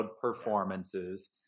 performances